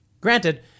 Granted